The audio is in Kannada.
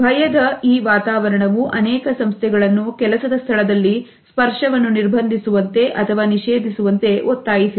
ಭಯದ ಈ ವಾತಾವರಣವು ಅನೇಕ ಸಂಸ್ಥೆಗಳನ್ನು ಕೆಲಸದ ಸ್ಥಳದಲ್ಲಿ ಸ್ಪರ್ಶವನ್ನು ನಿರ್ಬಂಧಿಸುವಂತೆ ಅಥವಾ ನಿಷೇಧಿಸುವಂತೆ ಒತ್ತಾಯಿಸಿದೆ